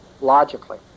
logically